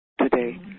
today